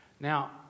Now